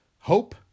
Hope